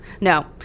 No